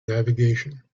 navigation